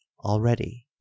already